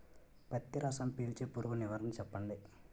పత్తి రసం పీల్చే పురుగు నివారణ చెప్పండి?